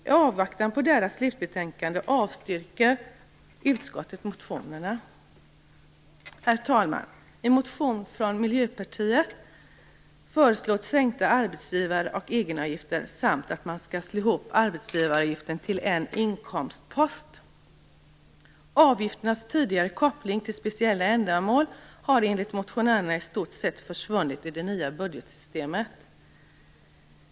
I avvaktan på dessa slutbetänkanden avstyrker utskottet bifall till motionerna. Herr talman! I en motion från Miljöpartiet föreslås sänkta arbetsgivar och egenavgifter samt att man skall slå ihop arbetsgivaravgifterna till en inkomstpost. Avgifternas tidigare koppling till speciella ändamål har enligt motionärerna i stort sett försvunnit i det nya budgetsystemet.